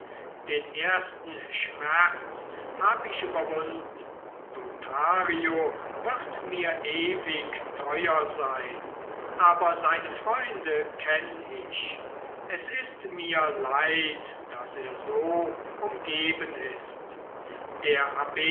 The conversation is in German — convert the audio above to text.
den ersten schmerz hab ich überwunden lothario wird mir ewig teuer sein aber seine freunde kenne ich es ist mir leid daß er so umgeben ist der abb